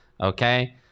okay